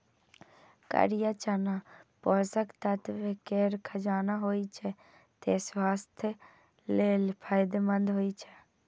करिया चना पोषक तत्व केर खजाना होइ छै, तें स्वास्थ्य लेल फायदेमंद होइ छै